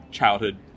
childhood